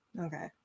okay